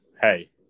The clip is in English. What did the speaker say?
Hey